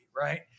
right